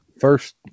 First